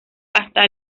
hasta